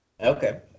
Okay